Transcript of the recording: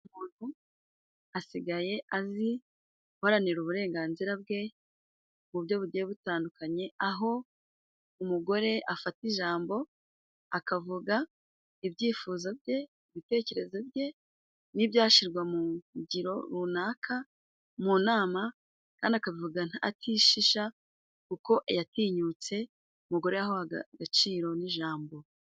Umuntu asigaye azi guharanira uburenganzira bwe mu buryo bugiye butandukanye, aho umugore afata ijambo akavuga ibyifuzo bye ,ibitekerezo bye, n'ibyashirwa mu ngiro runaka mu nama, kandi akavuga atishisha kuko yatinyutse, umugore yahawe agaciro n'ijambo.